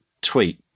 tweet